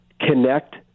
connect